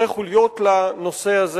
לנושא זה